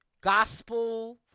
Gospel